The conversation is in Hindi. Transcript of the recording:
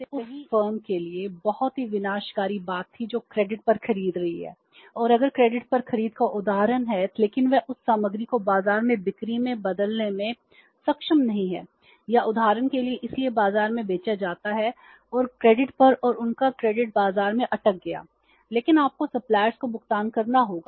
यह वास्तव में मैं उस फर्म के लिए बहुत ही विनाशकारी बात थी जो क्रेडिट को भुगतान करना होगा